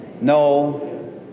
No